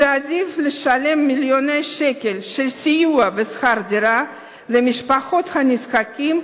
שעדיף לשלם מיליוני שקלים לסיוע בשכר דירה למשפחות הנזקקים,